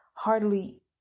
hardly